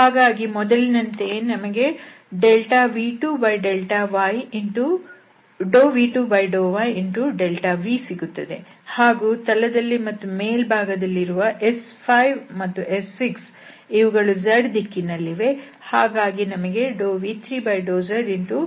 ಹಾಗಾಗಿ ಮೊದಲಿನಂತೆಯೇ ನಮಗೆv2∂yδVಸಿಗುತ್ತದೆ ಹಾಗೂ ತಳದಲ್ಲಿ ಮತ್ತು ಮೇಲ್ಭಾಗದಲ್ಲಿರುವ S5ಮತ್ತು S6 ಇವುಗಳು z ದಿಕ್ಕಿನಲ್ಲಿವೆ ಹಾಗಾಗಿ ನಮಗೆ v3∂zδVಸಿಗುತ್ತದೆ